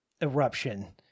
eruption